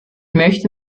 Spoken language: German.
möchte